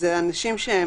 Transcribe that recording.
המלונות.